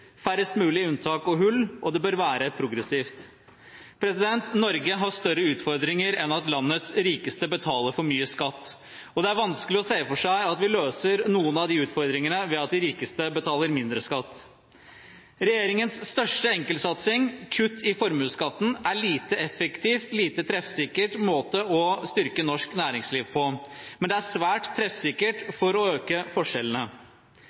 færrest mulig unntak og hull – og det bør være progressivt. Norge har større utfordringer enn at landets rikeste betaler for mye skatt, og det er vanskelig å se for seg at vi løser noen av de utfordringene ved at de rikeste betaler mindre skatt. Regjeringens største enkeltsatsing, kutt i formuesskatten, er en lite effektiv, lite treffsikker måte å styrke norsk næringsliv på, men det er svært treffsikkert for å øke forskjellene.